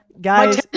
Guys